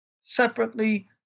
separately